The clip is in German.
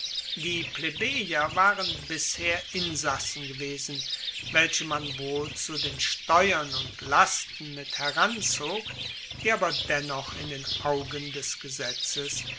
die plebejer waren bisher insassen gewesen welche man wohl zu den steuern und lasten mit heranzog die aber dennoch in den augen des gesetzes